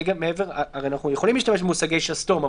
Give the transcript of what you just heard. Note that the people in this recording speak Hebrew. הרי אנחנו יכולים להשתמש מושגי שסתום,